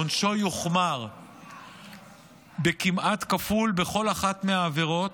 עונשו יוחמר בכמעט כפול בכל אחת מהעבירות,